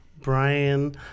Brian